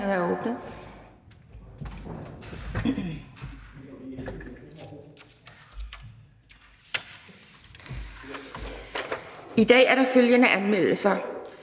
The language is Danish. I dag er der følgende anmeldelser: